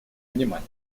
внимания